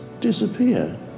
disappear